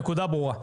הנקודה ברורה,